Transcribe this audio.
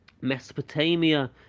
Mesopotamia